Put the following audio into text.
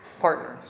partners